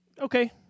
okay